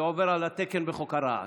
זה עובר על התקן בחוק הרעש.